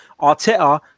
Arteta